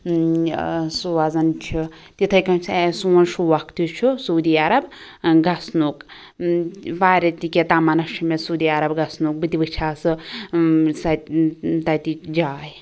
ٲں سوزان چھ تِتھٔے کٔنۍ چھُ ٲں سون شوق تہِ چھُ سعوٗدی عرب گَژھنُک واریاہ تہِ کیٚنٛہہ تَمَنا چھُ مےٚ سعوٗدی عرب گَژھنُک بہٕ تہِ وُچھہِ ہا سُہ سۄ تتچ جاے